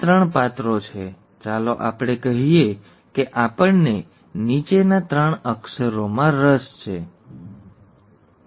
બંને પાત્રો માટે સમાનોઝિગસ રિસેસિવ જીનોટાઈપ સાથે F2 માં છોડની સંભાવના હોમોઝિગસ બંને સમાન રિસેસિવ બંને આપણી પરિભાષામાં નાના અક્ષરો